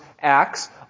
Acts